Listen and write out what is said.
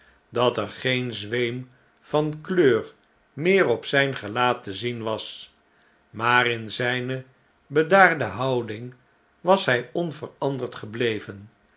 dat er geen zweem van kleur meer op zfln gelaat te zien was maar in zijne bedaarde houding was hn onveranderd gebleven